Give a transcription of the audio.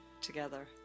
together